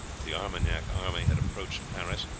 the armagnac army had approached paris,